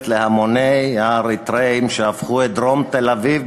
להמוני האריתריאים שהפכו את דרום תל-אביב,